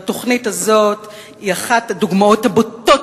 והתוכנית הזאת היא אחת הדוגמאות הבוטות